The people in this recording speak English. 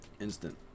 Instant